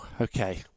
okay